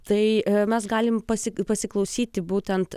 tai mes galim pasiekti pasiklausyti būtent